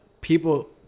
people